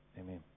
amen